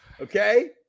Okay